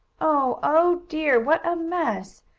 oh! oh, dear! what a mess!